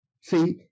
See